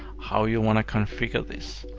how you wanna configure this.